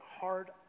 hard